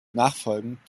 nachfolgend